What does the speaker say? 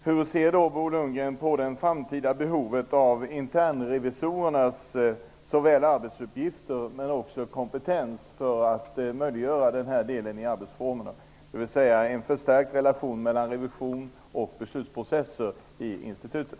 Hur ser Bo Lundgren på det framtida behovet av internrevisorernas arbetsuppgifter och kompetens när det gäller en förstärkt relation mellan revision och beslutsprocesser i institutet?